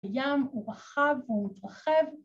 ‫הים הוא רחב ומתרחב.